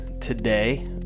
today